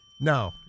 No